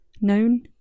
known